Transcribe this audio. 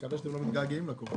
מקווה שאתם לא מתגעגעים לקורונה.